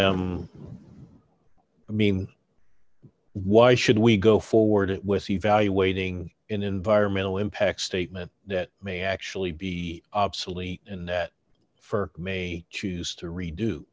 am i mean why should we go forward with evaluating environmental impact statement that may actually be obsolete in that for may choose to redo